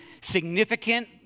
significant